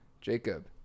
jacob